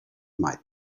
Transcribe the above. might